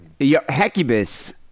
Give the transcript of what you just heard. Hecubus